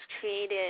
created